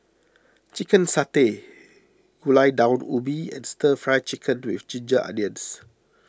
Chicken Satay Gulai Daun Ubi and Stir Fry Chicken with Ginger Onions